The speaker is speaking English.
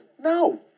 no